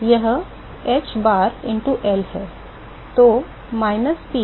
यह hbar into L है